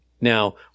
now